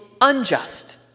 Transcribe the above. unjust